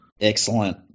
Excellent